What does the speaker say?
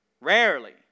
Rarely